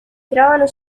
trovano